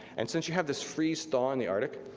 and since you have this freeze thaw in the arctic,